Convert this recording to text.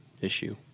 issue